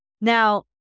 Now